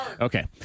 Okay